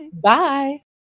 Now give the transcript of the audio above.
Bye